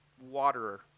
waterer